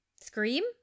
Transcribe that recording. scream